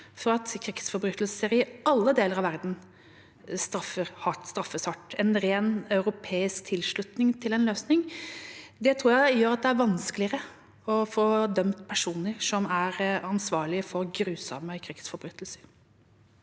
for at krigsforbrytelser i alle deler av verden straffes hardt. En ren europeisk tilslutning til en løsning tror jeg gjør det vanskeligere å få dømt personer som er ansvarlige for grusomme krigsforbrytelser.